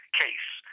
case